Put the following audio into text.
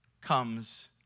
comes